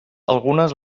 algunes